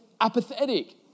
apathetic